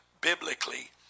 biblically